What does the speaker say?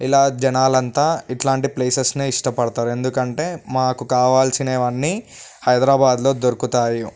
ఇలా జనాలు అంతా ఇట్లాంటి ప్లేసెస్ని ఇష్టపడతారు ఎందుకంటే మాకు హైదరాబాద్ కావాల్సినవన్నీ హైదరాబాదులో దొరుకుతాయి